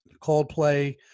Coldplay